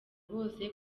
bose